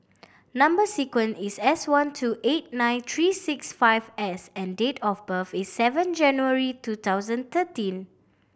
number sequence is S one two eight nine three six five S and date of birth is seven January two thousand thirteen